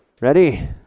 Ready